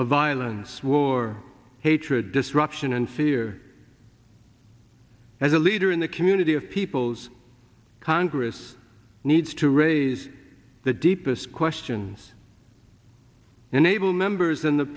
of violence war hatred destruction and fear as a leader in the community of peoples congress needs to raise the deepest questions enable members and the